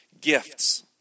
gifts